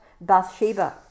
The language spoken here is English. Bathsheba